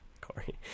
Corey